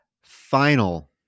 final